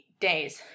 days